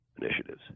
initiatives